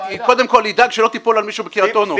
שקודם כל ידאג שהיא לא תיפול על מישהו בקרית אונו.